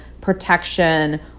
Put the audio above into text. protection